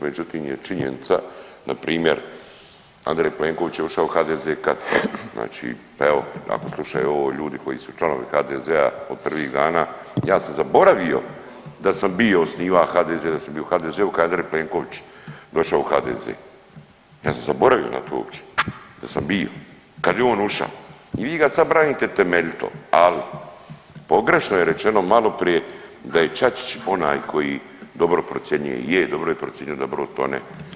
Međutim je činjenica npr. Andrej Plenković je ušao u HDZ kad, znači pa evo ako slušaju ovo ljudi koji su članovi HDZ-a od prvih dana, ja sam zaboravio da sam bio osniva HDZ, da sam bio u HDZ-u kad je Andrej Plenković došao u HDZ, ja sam zaboravio na to uopće da sam bio kad je on uša i vi ga sad branite temeljito, ali pogrešno je rečeno maloprije da je Čačić onaj koji dobro procjenjuje, je dobro je procijenio da brod tone.